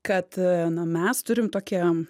kad na mes turim tokią